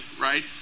right